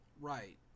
Right